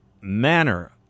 manner